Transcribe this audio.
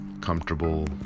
comfortable